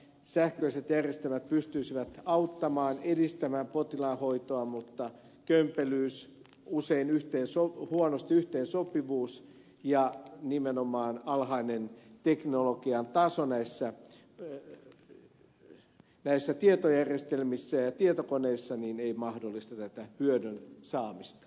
sähköiset järjestelmät pystyisivät auttamaan edistämään potilaan hoitoa mutta kömpelyys usein huono yhteensopivuus ja nimenomaan alhainen teknologian taso näissä tietojärjestelmissä ja tietokoneissa ei mahdollista tätä hyödyn saamista